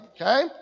Okay